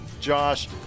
Josh